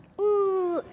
oooo!